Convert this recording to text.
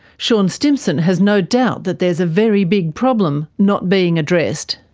sean stimson has no doubt that there is a very big problem not being addressed.